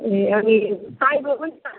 ए अनि ताइपो पनि छ